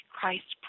Christ